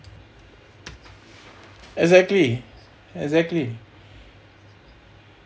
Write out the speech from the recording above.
exactly exactly